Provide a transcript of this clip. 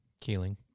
Keeling